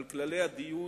לשמור על כללי הדיון,